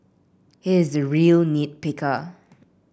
he is a real nit picker